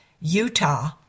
utah